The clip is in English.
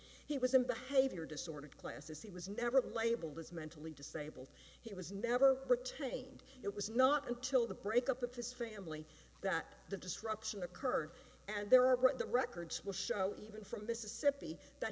he was in behavior disordered classes he was never labeled as mentally disabled he was never pertained it was not until the breakup of his family that the destruction occurred and there are but the records will show even from this is sippy that